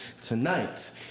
tonight